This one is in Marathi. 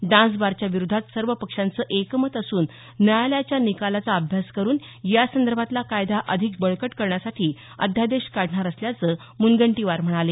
डान्सबारच्या विरोधात सर्व पक्षांचं एकमत असून न्यायालयाच्या निकालाचा अभ्यास करून यासंदर्भातला कायदा अधिक बळकट करण्यासाठी अध्यादेश काढणार असल्याचं म्नगंटीवार म्हणाले